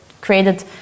created